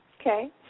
Okay